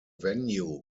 venue